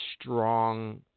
strong